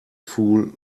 fool